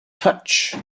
touch